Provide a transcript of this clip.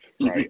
right